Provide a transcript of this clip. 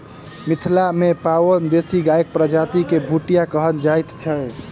मिथिला मे पाओल देशी गायक प्रजाति के भुटिया कहल जाइत छै